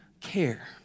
care